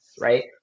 right